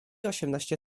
osiemnaście